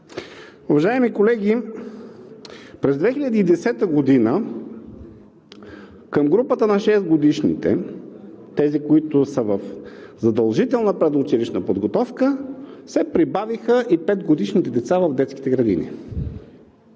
Уважаеми колеги, през 2010 г. към групата на 6-годишните – тези, които са в задължителната предучилищна подготовка, се прибавиха и 5-годишните деца в детските градини.